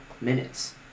minutes